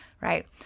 right